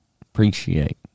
appreciate